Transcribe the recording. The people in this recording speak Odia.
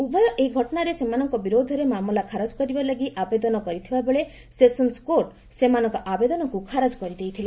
ଉଭୟ ଏହି ଘଟଣାରେ ସେମାନଙ୍କ ବିରୋଧରେ ମାମଲା ଖାରଜ କରିବା ଲାଗି ଆବେଦନ କରିଥିବାବେଳେ ସେସନ୍ସ୍ କୋର୍ଟ ସେମାନଙ୍କ ଆବେଦନକୁ ଖାରଜ କରିଦେଇଥିଲେ